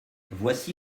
voici